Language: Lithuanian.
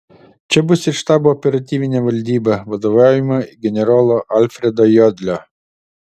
čia bus ir štabo operatyvinė valdyba vadovaujama generolo alfredo jodlio